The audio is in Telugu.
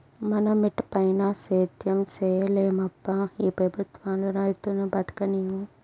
మన మిటపైన సేద్యం సేయలేమబ్బా ఈ పెబుత్వాలు రైతును బతుకనీవు